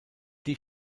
die